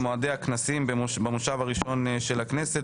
מועדי הכנסים במושב הראשון של הכנסת.